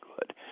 good